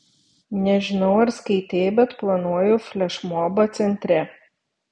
nežinau ar skaitei bet planuoja flešmobą centre